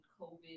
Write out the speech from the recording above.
COVID